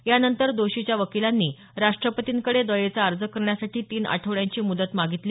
यानंतर दोषीच्या वकिलांनी राष्ट्रपर्तींकडे दयेचा अर्ज करण्यासाठी तीन आठवड्यांची मुदत मागितली